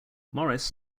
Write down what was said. morris